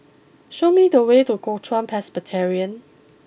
show me the way to Kuo Chuan Presbyterian